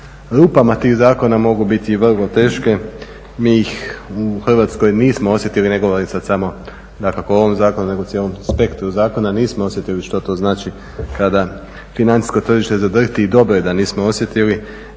rupama tih zakona mogu biti vrlo teške. Mi ih u Hrvatskoj nismo osjetili, ne govorim sada samo dakako o ovom zakonu, nego cijelom spektru zakona, nismo osjetili što to znači kada financijsko tržište zadrhti i dobro je da nismo osjetili.